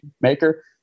maker